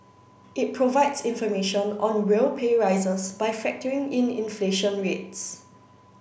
it provides information on real pay rises by factoring in inflation rates